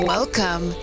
Welcome